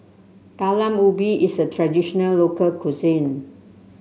Talam Ubi is a traditional local cuisine